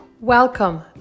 Welcome